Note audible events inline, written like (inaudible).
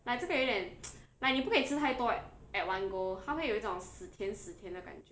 like 这个有一点 (noise) like 你不可以吃太多 at one go 它会有一种死甜死甜的感觉